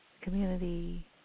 Community